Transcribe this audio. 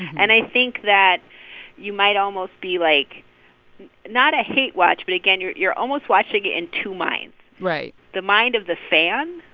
and i think that you might almost be, like not a hate watch but again, you're you're almost watching it in two minds right the mind of the fan,